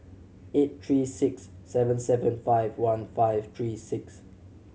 eight three six seven seven five one five three six